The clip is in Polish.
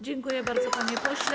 Dziękuję bardzo, panie pośle.